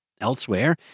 Elsewhere